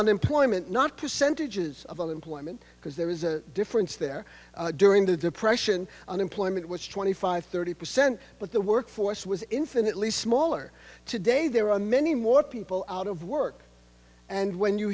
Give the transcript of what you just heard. unemployment not percentages of unemployment because there is a difference there during the depression unemployment was twenty five thirty percent but the workforce was infinitely smaller today there are many more people out of work and when you